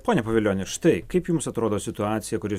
pone pavilioni štai kaip jums atrodo situacija kuri